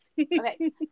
Okay